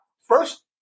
first